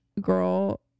girl